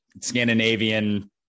Scandinavian